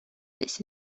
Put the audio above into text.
this